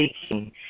speaking